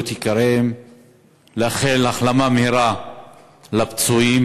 את יקיריהן ולאחל החלמה מהירה לפצועים.